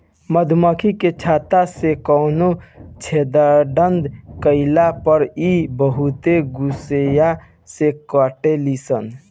मधुमखी के छत्ता से कवनो छेड़छाड़ कईला पर इ बहुते गुस्सिया के काटेली सन